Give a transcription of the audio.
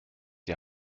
die